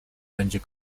będzie